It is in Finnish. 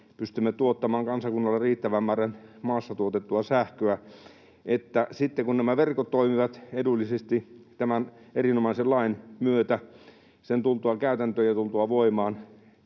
pystymme tuottamaan kansakunnalle riittävän määrän maassa tuotettua sähköä, sitten kun nämä verkot toimivat edullisesti tämän erinomaisen lain myötä, sen tultua käytäntöön ja tultua voimaan.